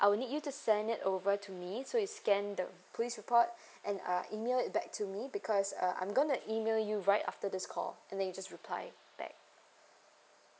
I will need you to send it over to me so you scan the police report and uh email it back to me because uh I'm going to email you right after this call and then you just reply back